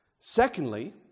Secondly